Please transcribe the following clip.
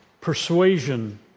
persuasion